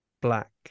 black